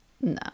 no